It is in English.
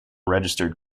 registered